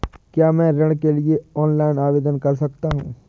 क्या मैं ऋण के लिए ऑनलाइन आवेदन कर सकता हूँ?